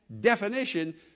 definition